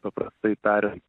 paprastai tariant